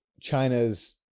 China's